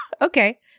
Okay